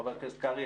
חבר הכנסת קרעי,